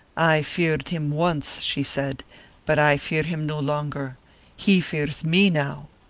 i feared him once, she said but i fear him no longer he fears me now.